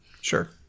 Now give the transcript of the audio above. Sure